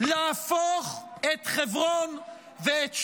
להפוך את חברון ואת שכם,